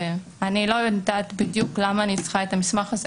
אני לא יודעת בדיוק למה אני צריכה את המסמך הזה